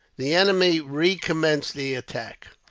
the enemy recommenced the attack,